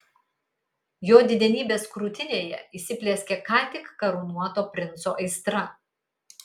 jo didenybės krūtinėje įsiplieskė ką tik karūnuoto princo aistra